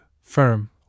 firm